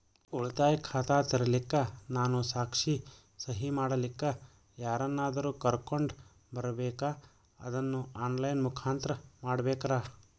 ಉಳಿತಾಯ ಖಾತ ತೆರಿಲಿಕ್ಕಾ ನಾನು ಸಾಕ್ಷಿ, ಸಹಿ ಮಾಡಲಿಕ್ಕ ಯಾರನ್ನಾದರೂ ಕರೋಕೊಂಡ್ ಬರಬೇಕಾ ಅದನ್ನು ಆನ್ ಲೈನ್ ಮುಖಾಂತ್ರ ಮಾಡಬೇಕ್ರಾ?